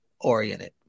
oriented